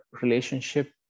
relationship